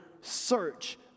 search